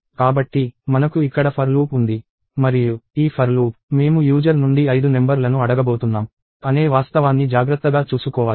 కాబట్టి మనకు ఇక్కడ for లూప్ ఉంది మరియు ఈ for లూప్ మేము యూజర్ నుండి ఐదు నెంబర్ లను అడగబోతున్నాం అనే వాస్తవాన్ని జాగ్రత్తగా చూసుకోవాలి